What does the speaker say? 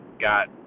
got